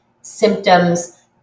symptoms